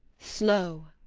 slow.